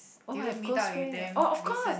oh I have close friends oh of course